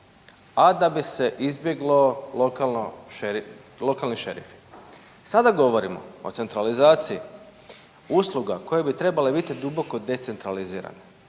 a da bi se izbjeglo lokalni šerifi. Sada govorimo o centralizaciji usluga koje bi trebale biti duboko decentralizirane